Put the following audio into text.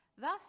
thus